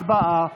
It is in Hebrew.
הצבעה.